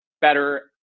better